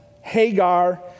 Hagar